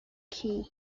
key